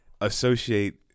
associate